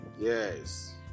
Yes